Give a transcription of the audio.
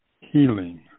healing